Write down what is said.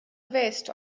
vest